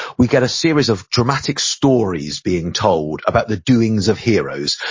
we get a series of dramatic stories being told about the doings of heroes.